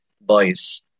boys